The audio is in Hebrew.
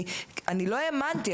אני לא האמנתי,